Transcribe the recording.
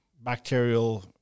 bacterial